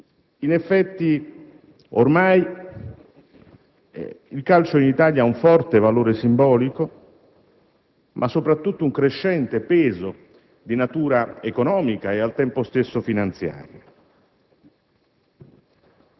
In effetti, ormai il calcio in Italia ha un forte valore simbolico, soprattutto un crescente peso di natura economica e al tempo stesso finanziaria.